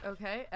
Okay